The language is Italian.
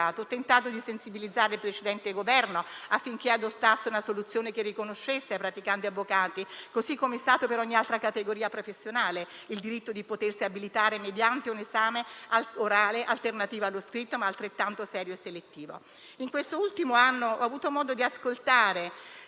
Ho tentato di sensibilizzare il precedente Governo affinché adottasse una soluzione che riconoscesse ai praticanti avvocati, così come era stato per ogni altra categoria professionale, il diritto di potersi abilitare mediante un esame orale, alternativo allo scritto, ma altrettanto serio e selettivo. In questo ultimo anno, ho avuto modo di ascoltare